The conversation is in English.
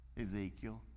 Ezekiel